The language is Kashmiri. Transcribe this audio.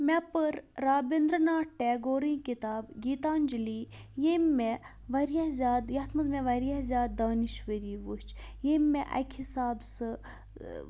مےٚ پٔر رابِندرٕناتھ ٹیگورٕنۍ کِتاب گیتانجلی ییٚمہِ مےٚ واریاہ زیادٕ یَتھ منٛز مےٚ واریاہ زیادٕ دانِشؤری وٕچھ ییٚمہِ مےٚ اَکہِ حِساب سُہ